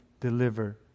deliver